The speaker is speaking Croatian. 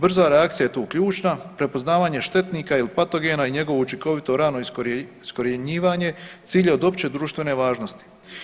Brza reakcija je tu ključna, prepoznavanje štetnika ili patogena i njegovo učinkovito rano iskorjenjivanje cilj je od opće društvene važnosti.